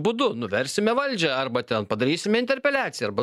būdu nuversime valdžią arba ten padarysime interpeliaciją arba